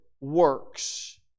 works